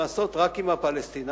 נעשות רק עם הפלסטינים?